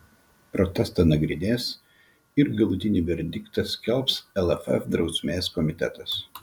protestą nagrinės ir galutinį verdiktą skelbs lff drausmės komitetas